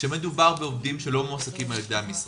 כשמדובר בעובדים שלא מועסקים על ידי המשרד,